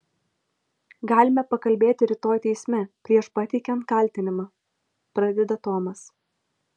galime pakalbėti rytoj teisme prieš pateikiant kaltinimą pradeda tomas